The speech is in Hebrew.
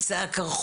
זה קצה הקרחון,